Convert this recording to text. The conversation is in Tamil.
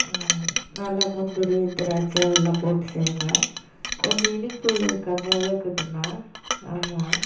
நல்லா முந்திரி திராட்சை எல்லாம் போட்டு செய்யுங்க கொஞ்சம் இனிப்பு கம்மியாகவே இருக்கட்டுண்ணா ஆமாம்